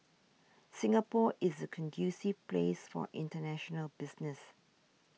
Singapore is a conducive place for international business